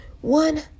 One